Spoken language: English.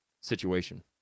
situation